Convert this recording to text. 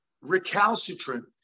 recalcitrant